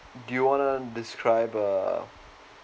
do you wanna describe a